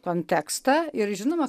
kontekstą ir žinoma